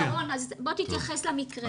שרון, בוא תתייחס למקרה.